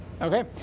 Okay